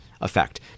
effect